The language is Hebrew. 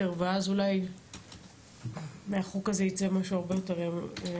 ואז אולי מהחוק הזה יצא משהו הרבה יותר רחב.